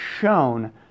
shown